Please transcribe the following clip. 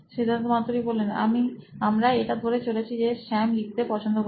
সিদ্ধার্থ মাতু রি C E O নোইন ইলেক্ট্রনিক্স আমরা এটা ধরে চলছি যে স্যাম লিখতে পছন্দ করে